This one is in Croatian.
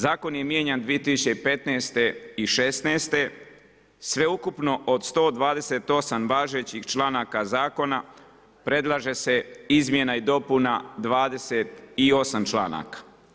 Zakon je mijenjan 2015. i 2016., sveukupno od 128 važećih članaka zakona, predlaže se izmjena i dopuna 28 članaka.